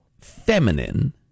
feminine